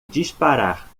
disparar